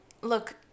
look